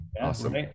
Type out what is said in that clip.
Awesome